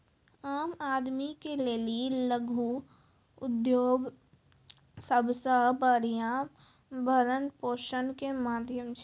आम आदमी के लेली लघु उद्योग सबसे बढ़िया भरण पोषण के माध्यम छै